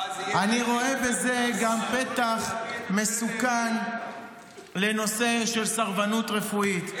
אני רואה בזה גם פתח מסוכן לנושא של סרבנות רפואית.